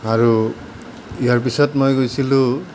আৰু ইয়াৰ পিছত মই গৈছিলোঁ